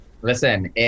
Listen